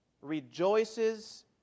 rejoices